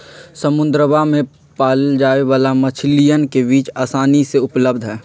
समुद्रवा में पाल्ल जाये वाला मछलीयन के बीज आसानी से उपलब्ध हई